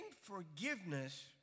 forgiveness